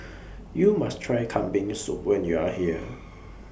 YOU must Try Kambing Soup when YOU Are here